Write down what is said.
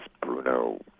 Bruno